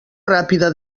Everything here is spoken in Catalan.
ràpida